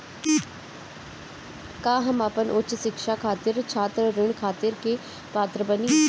का हम अपन उच्च शिक्षा खातिर छात्र ऋण खातिर के पात्र बानी?